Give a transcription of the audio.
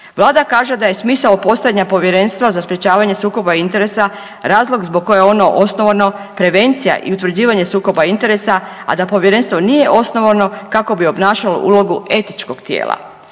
Vlada kaže da je smisao postojanja Povjerenstva za sprječavanje sukoba interesa razlog zbog koje je ono osnovano prevencija i utvrđivanje sukoba interesa, a da Povjerenstvo nije osnovano kako bi obnašalo ulogu etičkog tijela.